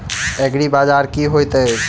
एग्रीबाजार की होइत अछि?